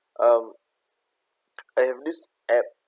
um I have this app